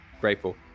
grateful